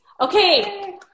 Okay